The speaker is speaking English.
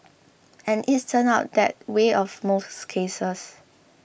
and it's turned out that way for most cases